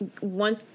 one